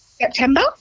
September